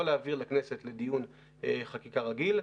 לא להעביר לכנסת לדיון חקיקה רגיל.